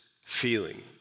feeling